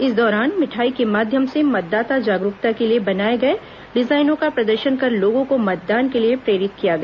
इस दौरान मिठाई के माध्यम से मतदाता जागरूकता के लिए बनाए गए डिजाइनों का प्रदर्शन कर लोगों को मतदान के लिए प्रेरित किया गया